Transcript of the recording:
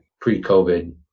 pre-COVID